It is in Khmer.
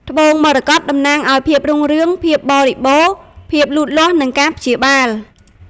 ត្បូងមរកត តំណាងឱ្យ ភាពរុងរឿង ភាពបរិបូរណ៍ ភាពលូតលាស់ និងការព្យាបាល។